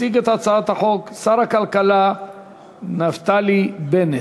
יציג את הצעת החוק שר הכלכלה נפתלי בנט.